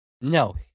no